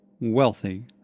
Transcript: wealthy